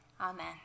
Amen